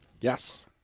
Yes